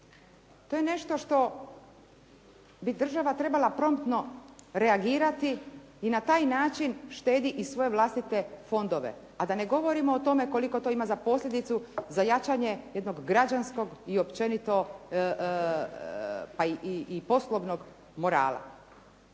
To je nešto što bi država trebala promptno reagirati i na taj način štedi i svoje vlastite fondove, a da ne govorimo o tome koliko to ima za posljedicu za jačanje jednog građanskog i općenito pa i poslovnog morala.